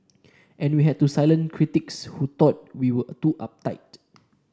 and we had to silence critics who thought we were too uptight